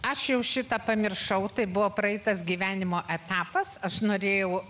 aš jau šitą pamiršau tai buvo praeitas gyvenimo etapas aš norėjau